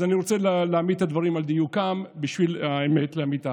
אז אני רוצה להעמיד את הדברים על דיוקם בשביל האמת לאמיתה.